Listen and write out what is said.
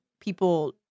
people